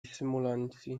symulanci